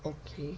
okay